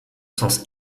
sens